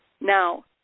Now